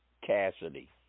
Cassidy